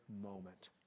moment